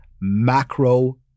macro